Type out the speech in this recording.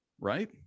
right